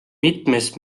mitmes